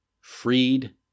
freed